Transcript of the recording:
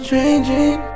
Changing